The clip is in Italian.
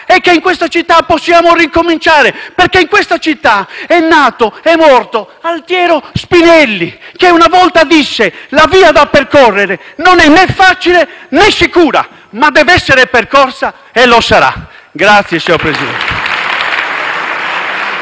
e che in questa città possiamo ricominciare, perché in questa città è nato e morto Altiero Spinelli, che una volta disse: «La via da percorrere non è facile né sicura, ma deve essere percorsa e lo sarà». *(Applausi dai